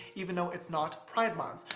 even though it's not pride month.